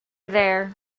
there